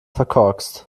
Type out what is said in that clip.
verkorkst